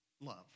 love